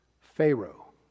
Pharaoh